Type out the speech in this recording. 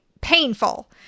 painful